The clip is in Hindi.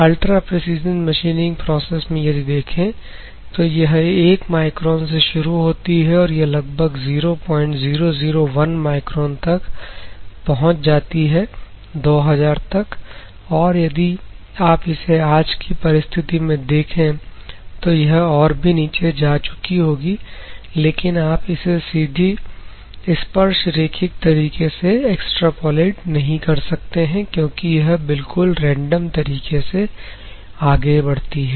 अल्ट्रा प्रेसीजन मशीनिंग प्रोसेस में यदि देखें तो यह एक माइक्रोन शुरू होती है और यह लगभग 0001 माइक्रोन तक पहुंच जाती है 2000 तक और यदि आप इसे आज की परिस्थिति में देखें तो यह और भी नीचे जा चुकी होगी लेकिन आप इसे सीधी स्पर्श रेखिक तरीके से एक्स्ट्रापॉलीट नहीं कर सकते हैं क्योंकि यह बिल्कुल रैंडम तरीके से आगे बढ़ती है